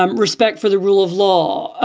um respect for the rule of law,